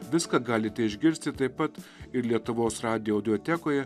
viską galite išgirsti taip pat ir lietuvos radijo audiotekoje